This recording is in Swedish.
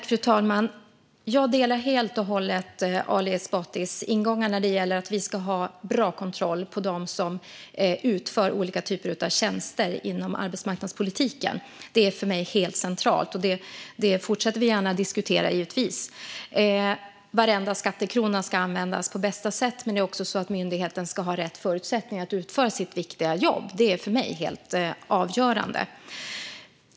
Fru talman! Jag delar helt och hållet Ali Esbatis ingångar när det gäller att vi ska ha bra kontroll på dem som utför olika typer av tjänster inom arbetsmarknadspolitiken. Det är för mig helt centralt, och jag fortsätter givetvis gärna att diskutera det. Varenda skattekrona ska användas på bästa sätt, men det är också så att myndigheten ska ha rätt förutsättningar att utföra sitt viktiga jobb. Det är för mig helt avgörande.